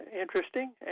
interesting